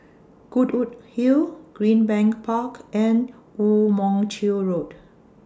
Goodwood Hill Greenbank Park and Woo Mon Chew Road